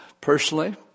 Personally